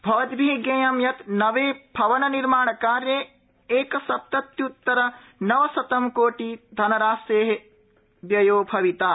भवन्द्रि ज्ञेयं यत् नवे भवननिर्माणकार्ये एकसप्तत्युत्तर नवशतं कोटि धनराशे व्ययो भविता